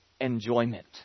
enjoyment